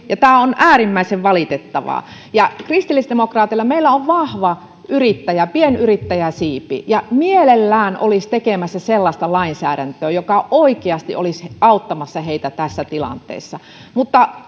tilanteen ja tämä on äärimmäisen valitettavaa meillä kristillisdemokraateilla on vahva yrittäjä pienyrittäjäsiipi ja se mielellään olisi tekemässä sellaista lainsäädäntöä joka oikeasti olisi auttamassa pienyrittäjiä tässä tilanteessa mutta